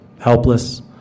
helpless